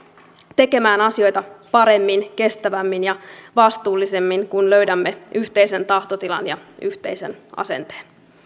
tekemään asioita paremmin kestävämmin ja vastuullisemmin kun löydämme yhteisen tahtotilan ja yhteisen asenteen